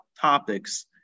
topics